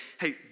hey